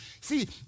See